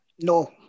No